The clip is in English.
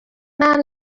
man